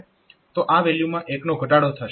તો આ વેલ્યુમાં 1 નો ઘટાડો થશે